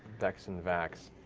vex and vax.